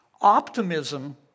optimism